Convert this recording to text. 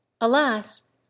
Alas